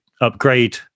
upgrade